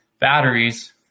batteries